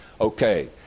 Okay